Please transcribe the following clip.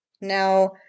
now